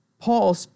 Paul